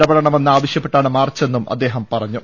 ഇടപെടണമെന്ന് ആവശ്യപ്പെട്ടാണ് മാർച്ചെന്നും അദ്ദേഹം പറഞ്ഞു